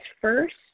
first